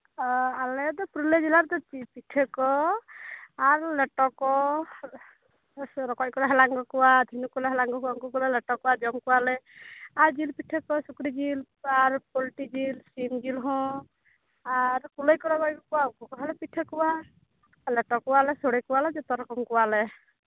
ᱚᱻ ᱟᱞᱮ ᱫᱚ ᱯᱩᱨᱩᱞᱤᱭᱟᱹ ᱡᱮᱞᱟ ᱨᱮᱫᱚ ᱯᱤᱴᱷᱟᱹ ᱠᱚ ᱟᱨ ᱞᱮᱴᱚ ᱠᱚ ᱥᱮ ᱨᱚᱠᱚᱡ ᱠᱚᱞᱮ ᱦᱟᱞᱟᱝ ᱟᱹᱜᱩ ᱠᱚᱣᱟ ᱡᱷᱤᱱᱩᱠ ᱠᱚᱞᱮ ᱦᱟᱞᱟᱝ ᱟᱹᱜᱩ ᱠᱚᱣᱟ ᱩᱱᱠᱩ ᱠᱚᱞᱮ ᱞᱮᱴᱚ ᱠᱚᱣᱟ ᱡᱚᱢ ᱠᱚᱣᱟᱞᱮ ᱟᱨ ᱡᱤᱞ ᱯᱤᱴᱷᱟᱹ ᱠᱚ ᱥᱩᱠᱨᱤ ᱡᱤᱞ ᱟᱨ ᱯᱳᱞᱴᱤ ᱡᱤᱞ ᱥᱤᱢ ᱡᱤᱞ ᱦᱚᱸ ᱟᱨ ᱠᱩᱞᱟᱹᱭ ᱠᱚᱞᱮ ᱜᱚᱡ ᱟᱹᱜᱩ ᱠᱚᱣᱟ ᱩᱱᱠᱩ ᱠᱚᱦᱚᱸᱞᱮ ᱯᱤᱴᱷᱟᱹ ᱠᱚᱣᱟ ᱞᱮᱴᱚ ᱠᱚᱣᱟ ᱥᱚᱲᱮ ᱠᱚᱣᱟᱞᱮ ᱡᱚᱛᱚ ᱨᱚᱠᱚᱢ ᱠᱚᱣᱟᱞᱮ